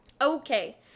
Okay